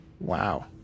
Wow